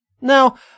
Now